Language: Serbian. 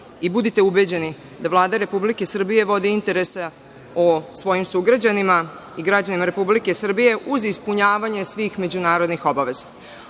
i budite ubeđeni da Vlada Republike Srbije vodi interese građana Republike Srbije uz ispunjavanje svih međunarodnih obaveza. Ono